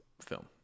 film